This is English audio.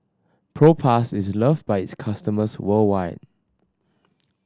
Propass is loved by its customers worldwide